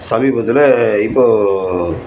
சமீபத்தில் இப்போ